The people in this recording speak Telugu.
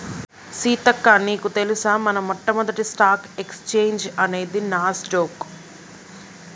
సీతక్క నీకు తెలుసా మన మొట్టమొదటి స్టాక్ ఎక్స్చేంజ్ అనేది నాస్ డొక్